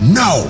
no